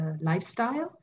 lifestyle